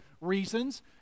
reasons